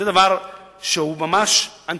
זה דבר שהוא ממש אנטיתזה.